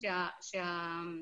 האמון